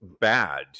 bad